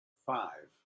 five